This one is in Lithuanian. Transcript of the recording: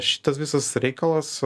šitas visas reikalas